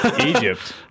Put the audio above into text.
Egypt